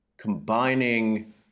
combining